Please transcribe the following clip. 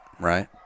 right